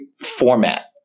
format